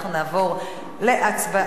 אנחנו נעבור להצבעה.